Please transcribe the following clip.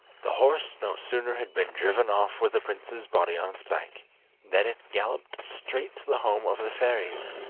the horse no sooner had been driven off with the prince's body on its back than it galloped straight to the home of the fairies,